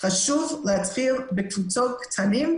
חשוב להתחיל בכיתות קטנות,